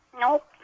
Nope